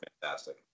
fantastic